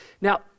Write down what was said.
Now